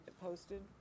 posted